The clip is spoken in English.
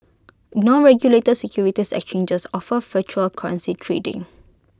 no regulated securities exchanges offer virtual currency trading